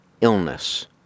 illness